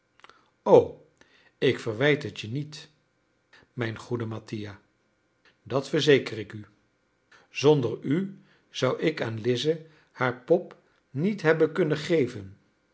o ik verwijt het je niet mijn goede mattia dat verzeker ik u zonder u zou ik aan lize haar pop niet hebben kunnen geven